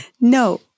No